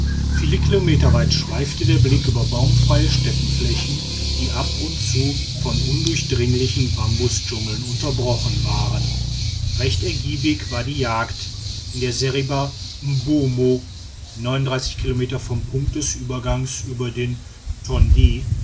viele kilometer weit schweifte der blick über baumfreie steppenflächen die ab und zu von undurchdringlichen bambusdschungeln unterbrochen waren recht ergiebig war die jagd in der seriba mbomo kilometer vom punkt des übergangs über den tondj